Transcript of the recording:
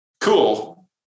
cool